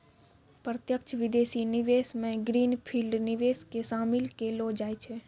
प्रत्यक्ष विदेशी निवेश मे ग्रीन फील्ड निवेश के शामिल केलौ जाय छै